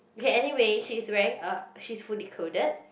okay anywhere she's wearing a she's fully clothed